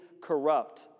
corrupt